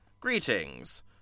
Greetings